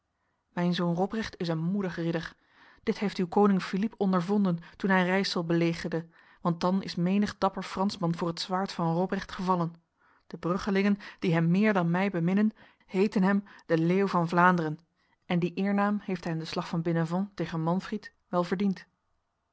mijn zoon robrecht is een moedig ridder dit heeft uw koning philippe ondervonden toen hij rijsel belegerde want dan is menig dapper fransman voor het zwaard van robrecht gevallen de bruggelingen die hem meer dan mij beminnen heten hem de leeuw van vlaanderen en die eernaam heeft hij in de slag van benevent tegen manfried wel verdiend